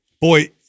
Boy